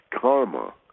Karma